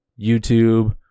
YouTube